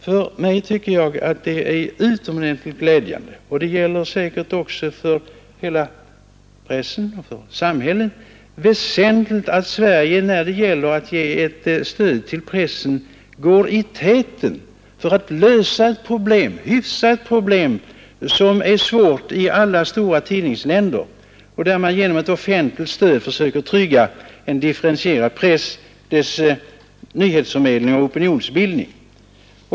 För mig — och det gäller säkert också för pressen och för samhället — är det väsentligt att Sverige när det gäller presstöd går i täten för att hyfsa ett problem som är svårt i alla stora tidningsländer, när man genom särskilt offentligt stöd försöker trygga en differentierad press, dess nyhetsförmedling och opinionsbildning.